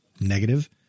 negative